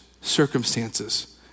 circumstances